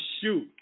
shoot